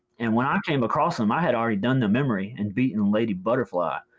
and when i came across em i had already done the memory and beaten lady butterfly,